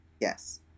Yes